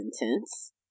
intense